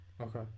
Okay